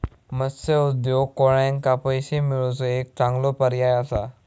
मत्स्य उद्योग कोळ्यांका पैशे मिळवुचो एक चांगलो पर्याय असा